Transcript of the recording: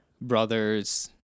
brothers